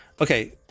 okay